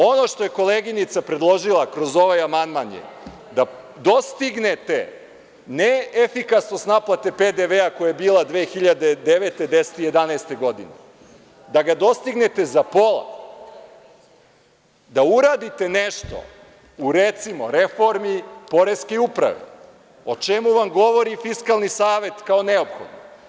Ono što je koleginica predložila kroz ovaj amandman je da dostignete ne efikasnost naplate PDV-a koja je bila 2009, 2010. i 2011. godine, da ga dostignete za pola, da uradite nešto u, recimo, reformi poreske uprave, o čemu vam govori Fiskalni savet kao neophodno.